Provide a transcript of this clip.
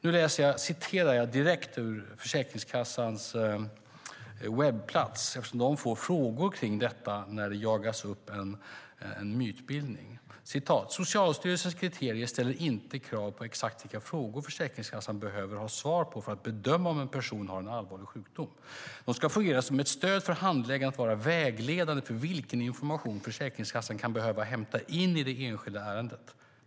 Nu ska jag citera direkt från ett pressmeddelande på Försäkringskassans webbplats. De får ju frågor kring detta när det uppstår en mytbildning. "Socialstyrelsens kriterier ställer inte krav på exakt vilka frågor Försäkringskassan behöver ha svar på för att bedöma om en person har en allvarlig sjukdom. De ska fungera som ett stöd för handläggaren att vara vägledande för vilken information Försäkringskassan kan behöva hämta in i det enskilda ärendet.